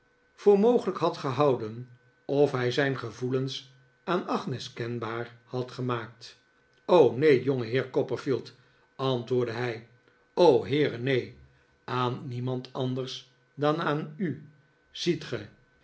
voor mogelijk had pehouden of hij zijn gevoelens aan agnes kenbaar had gemaakt neen jongeheer copperfield antwoordde hij o heere neen aan niemand anders dan aan u ziet ge